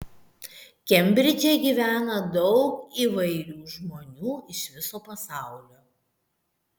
kembridže gyvena daug įvairių žmonių iš viso pasaulio